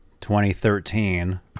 2013